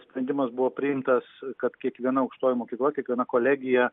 sprendimas buvo priimtas kad kiekviena aukštoji mokykla kiekviena kolegija